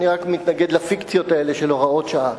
אני רק מתנגד לפיקציות האלה של הוראות שעה.